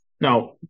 Now